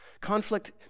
Conflict